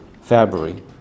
February